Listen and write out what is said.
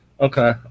Okay